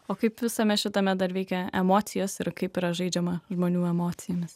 o kaip visame šitame dar veikia emocijos ir kaip yra žaidžiama žmonių emocijomis